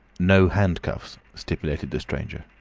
no handcuffs, stipulated the stranger.